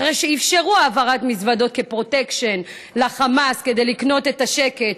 אחרי שאפשרו העברת מזוודות כפרוטקשן לחמאס כדי לקנות את השקט,